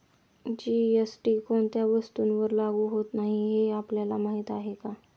GST कोणत्या वस्तूंवर लागू होत नाही हे आपल्याला माहीत आहे का?